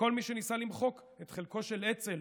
כל מי שניסה למחוק את חלקו של אצ"ל